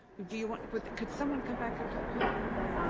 do you want would could someone come back up to the podium then?